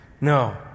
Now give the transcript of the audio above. No